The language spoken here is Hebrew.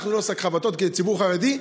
אנחנו לא שק חבטות כציבור חרדי,